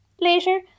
later